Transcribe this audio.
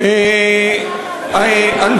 עד שהשר מסיים,